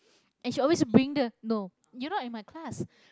and she always bring the no you not in my class